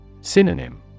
Synonym